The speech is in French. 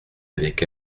avec